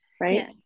right